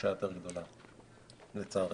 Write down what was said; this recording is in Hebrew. לבושה יותר גדולה, לצערי.